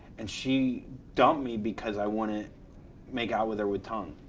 and she dumped me because i wouldn't ah make out with her with tongue.